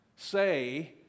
say